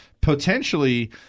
potentially